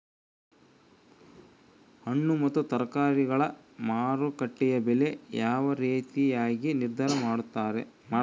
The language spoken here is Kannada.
ಹಣ್ಣು ಮತ್ತು ತರಕಾರಿಗಳ ಮಾರುಕಟ್ಟೆಯ ಬೆಲೆ ಯಾವ ರೇತಿಯಾಗಿ ನಿರ್ಧಾರ ಮಾಡ್ತಿರಾ?